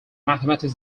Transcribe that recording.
mathematics